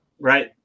Right